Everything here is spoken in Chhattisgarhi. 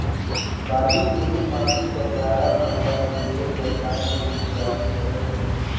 बालू, मुरूम, माटी कर गारा मन ल जोड़े कर काम घलो कुदारी ले करल जाथे